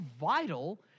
vital